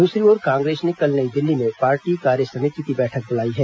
दूसरी ओर कांग्रेस ने कल नई दिल्ली में पार्टी कार्य समिति की बैठक बुलाई है